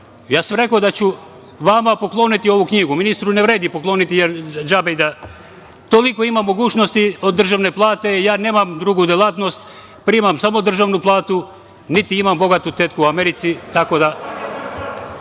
sam da ću vama pokloniti ovu knjigu, ministru ne vredi pokloniti, jer džabe… Toliko ima mogućnosti od državne plate, ja nemam drugu delatnost, primam samo državnu platu, niti imam bogatu tetku u Americi, tako da…